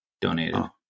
donated